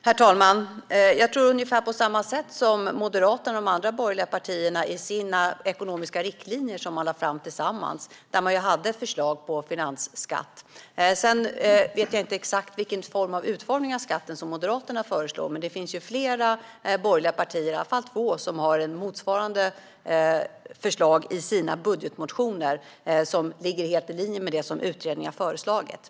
Herr talman! Moderaterna och de andra borgerliga partierna har i de ekonomiska riktlinjer som de lade fram tillsammans ett förslag till finansskatt. Jag tror på ungefär samma sak. Sedan vet jag inte exakt vilken utformning av skatten som Moderaterna föreslår. Men det finns åtminstone två borgerliga partier som har motsvarande förslag i sina budgetmotioner, och de förslagen ligger helt i linje med det som utredningen har föreslagit.